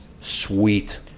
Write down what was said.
Sweet